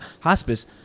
hospice